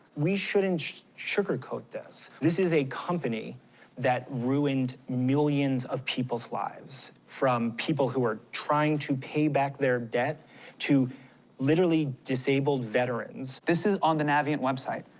we shouldn't sugarcoat this. this is a company that ruined millions of people's lives. from people who are trying to pay back their debt to literally disabled veterans. this is on the navient website.